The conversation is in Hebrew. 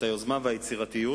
את היוזמה והיצירתיות,